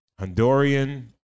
Honduran